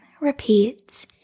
repeat